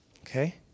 Okay